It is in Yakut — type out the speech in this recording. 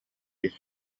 дии